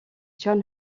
john